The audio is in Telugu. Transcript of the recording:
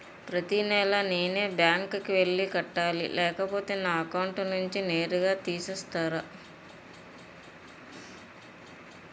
ప్రతి నెల నేనే బ్యాంక్ కి వెళ్లి కట్టాలి లేకపోతే నా అకౌంట్ నుంచి నేరుగా తీసేస్తర?